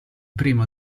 primo